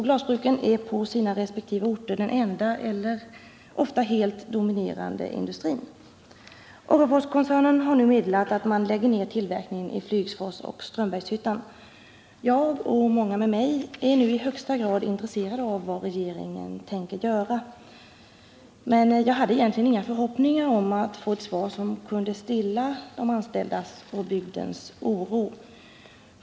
Glasbruken är på sina resp. orter ofta den enda eller den helt dominerande industrin. Orreforskoncernen har nu meddelat att man skall lägga ned tillverkningen i Flygsfors och Strömbergshyttan. Jag och många med mig är nu i högsta grad intresserade av vad regeringen tänker göra med anledning av detta. Jag hade egentligen inga förhoppningar om att få ett svar som kunde stilla de anställdas och bygdens oro.